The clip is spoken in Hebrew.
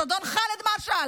אז אדון חאלד משעל